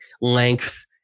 Length